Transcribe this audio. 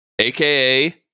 AKA